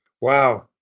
wow